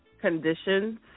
conditions